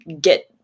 get